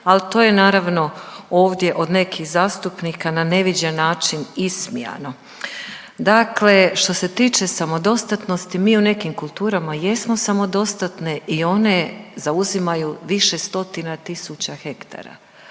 ali to je naravno, ovdje od nekih zastupnika na neviđen način ismijano. Dakle što se tiče samodostatnosti, mi u nekim kulturama jedno samodostatne i one zauzimaju više stotina tisuća hektara.